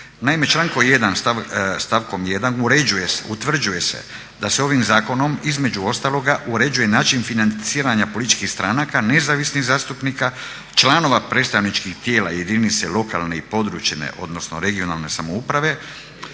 Naime, člankom 1. stavkom 1. utvrđuje se da se ovim zakonom između ostaloga uređuje način financiranja političkih stranaka nezavisnih zastupnika članova predstavničkih tijela jedinice lokalne i područne (regionalne) samouprave